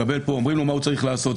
אומרים לו מה הוא צריך לעשות.